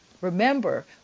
Remember